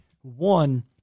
one